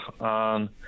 on